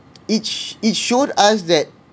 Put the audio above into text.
it it showed us that